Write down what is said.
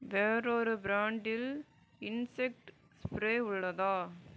வேறொரு பிராண்டில் insect spray உள்ளதா